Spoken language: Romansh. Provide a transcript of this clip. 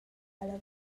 alla